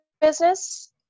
business